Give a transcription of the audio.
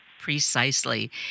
Precisely